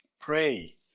Pray